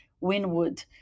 winwood